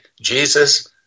Jesus